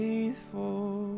Faithful